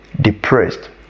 depressed